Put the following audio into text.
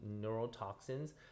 neurotoxins